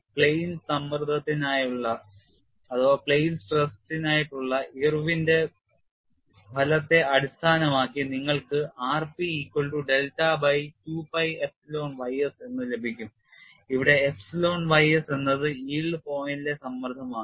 plane സമ്മർദ്ദത്തിനായുള്ള ഇർവിന്റെ ഫലത്തെ അടിസ്ഥാനമാക്കി നിങ്ങൾക്ക് r p equal to delta by 2pi epsilon ys എന്ന് ലഭിക്കും ഇവിടെ എപ്സിലോൺ ys എന്നത് yield പോയിന്റിലെ സമ്മർദ്ദമാണ്